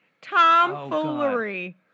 Tomfoolery